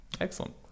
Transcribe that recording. Excellent